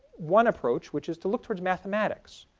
one approach, which is to look towards mathematics.